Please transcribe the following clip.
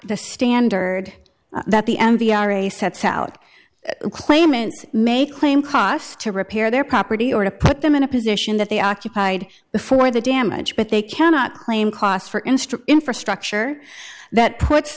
the standard that the m p r a sets out claimants may claim cost to repair their property or to put them in a position that they occupied before the damage but they cannot claim costs for instance infrastructure that puts